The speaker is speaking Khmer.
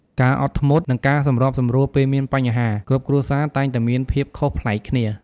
ការអត់ធ្មត់ និងការសម្របសម្រួលពេលមានបញ្ហា គ្រប់គ្រួសារតែងតែមានភាពខុសប្លែកគ្នា។